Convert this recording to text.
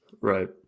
Right